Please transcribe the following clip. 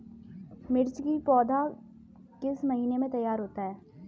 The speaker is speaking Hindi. मिर्च की पौधा किस महीने में तैयार होता है?